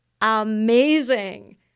amazing